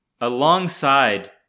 alongside